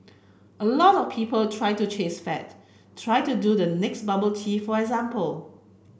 a lot of people try to chase fads try to do the next bubble tea for example